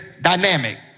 dynamic